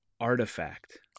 Artifact